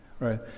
right